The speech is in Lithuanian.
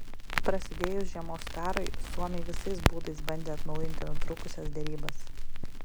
prasidėjus žiemos karui suomiai visais būdais bandė atnaujinti nutrūkusias derybas